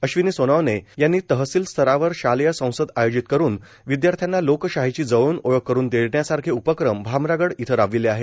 अश्विनी सोनावने यांनी तहसील स्तरावर शालेय संसद आयोजित करून विद्यार्थाना लोकशाहीची जवळून ओळख करून देण्यासारखे उपक्रम भामरागड इथ राबविले आहेत